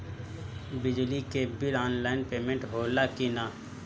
बिजली के bill online payment होला कि ना?